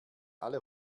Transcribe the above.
alle